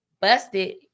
busted